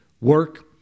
work